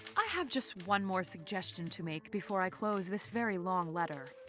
i have just one more suggestion to make before i close this very long letter.